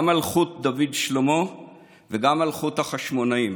גם מלכות דוד ושלמה וגם מלכות החשמונאים.